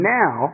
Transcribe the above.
now